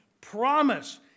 promise